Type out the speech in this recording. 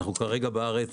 אנחנו כרגע בארץ